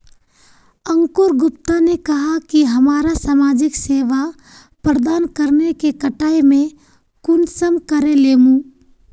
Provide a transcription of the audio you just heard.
अंकूर गुप्ता ने कहाँ की हमरा समाजिक सेवा प्रदान करने के कटाई में कुंसम करे लेमु?